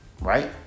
right